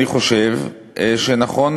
אני חושב שנכון